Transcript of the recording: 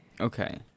Okay